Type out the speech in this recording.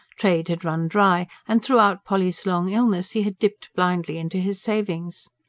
trade had run dry, and throughout polly's long illness he had dipped blindly into his savings.